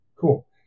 Cool